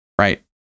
right